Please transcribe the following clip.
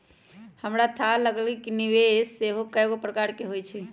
हमरा थाह लागल कि निवेश सेहो कएगो प्रकार के होइ छइ